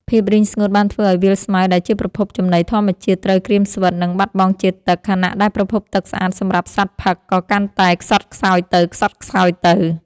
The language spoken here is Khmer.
ភាពរីងស្ងួតបានធ្វើឱ្យវាលស្មៅដែលជាប្រភពចំណីធម្មជាតិត្រូវក្រៀមស្វិត និងបាត់បង់ជាតិទឹក ខណៈដែលប្រភពទឹកស្អាតសម្រាប់សត្វផឹកក៏កាន់តែខ្សត់ខ្សោយទៅៗ។